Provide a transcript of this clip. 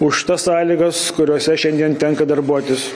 už tas sąlygas kuriose šiandien tenka darbuotis